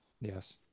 Yes